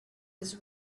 has